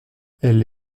elle